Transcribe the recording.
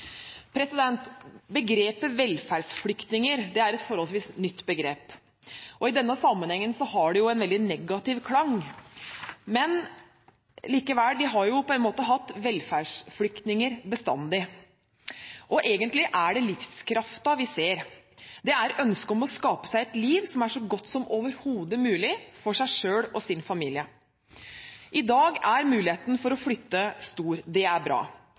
Begrepet «velferdsflykninger» er et forholdsvis nytt begrep, og i denne sammenhengen har det en veldig negativ klang. Men på en måte har vi jo bestandig hatt «velferdsflykninger», og egentlig er det livskraften vi ser. Det er ønsket om å skape seg et liv som er så godt som overhodet mulig, for seg selv og sin familie. I dag er muligheten for å flytte stor. Det er bra.